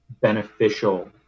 beneficial